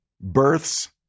Births